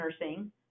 nursing